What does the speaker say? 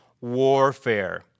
warfare